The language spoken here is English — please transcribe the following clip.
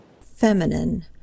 Feminine